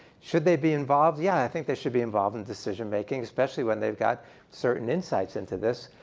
should they be involved? yeah. i think they should be involved in decision making, especially when they've got certain insights into this.